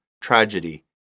tragedy